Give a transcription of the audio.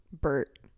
Bert